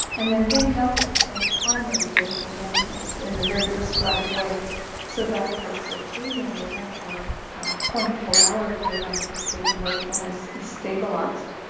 and then getting up at the same time every day, and again, it's in a very prescribed way so that our circadian rhythm or our twenty four hour rhythm of sleep and wakefulness is stabilised.